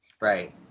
Right